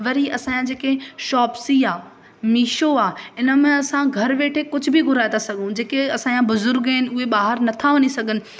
वरी असांजा जेके शॉपसी आहे मीशो आहे इन में असां घरु वेठे कुझु बि घुराए त सघूं जेके असांजा बुज़ुर्ग आहिनि उहे ॿाहिरि नथा वञी सघनि